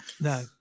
No